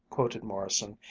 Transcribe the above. quoted morrison,